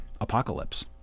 Apocalypse